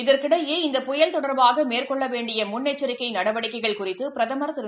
இதற்கிடையே இந்த புயல் தொடா்பாகமேற்கொள்ளவேண்டியமுன்னெச்சிக்கைநடவடிக்கைகள் குறித்துபிரதமா் திரு